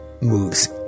moves